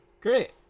great